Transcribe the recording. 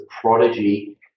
prodigy